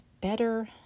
better